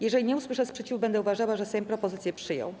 Jeżeli nie usłyszę sprzeciwu, będę uważała, że Sejm propozycje przyjął.